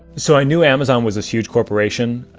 so i knew amazon was a huge corporation,